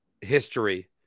history